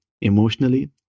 emotionally